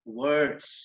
words